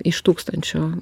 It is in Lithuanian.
iš tūkstančio